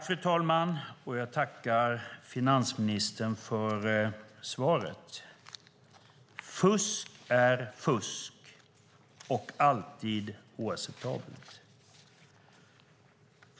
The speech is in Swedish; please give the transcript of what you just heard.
Fru talman! Jag tackar finansministern för svaret. Fusk är fusk och alltid oacceptabelt.